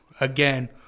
again